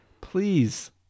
please